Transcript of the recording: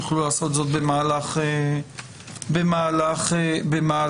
יוכלו לעשות זאת במהלך הדיון.